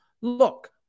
look